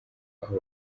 aho